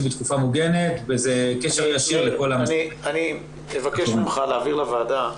בתקופה מוגנת וזה קשר ישיר לכל ה --- אני מבקש ממך להעביר לוועדה,